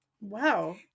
Wow